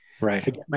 Right